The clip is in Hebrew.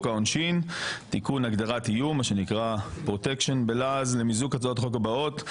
העונשין (תיקון הגדרת איום) למיזוג הצעות החוק הבאות.